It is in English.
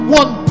one